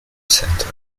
centre